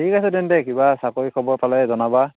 ঠিক আছে তেন্তে কিবা চাকৰি খবৰ পালে জনাবা